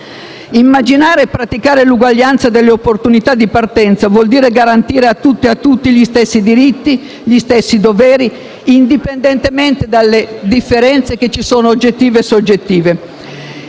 Immaginare e praticare l'uguaglianza delle opportunità di partenza vuol dire garantire a tutte e a tutti gli stessi diritti e doveri, indipendentemente dalle differenze oggettive e soggettive